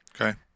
Okay